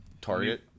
Target